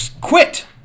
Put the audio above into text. quit